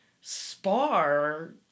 spar